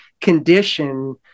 condition